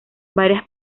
varias